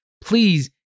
Please